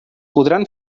podran